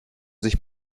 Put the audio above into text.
sich